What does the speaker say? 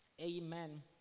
Amen